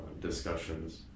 discussions